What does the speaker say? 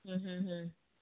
ਹਮ ਹਮ ਹਮ